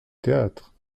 théâtre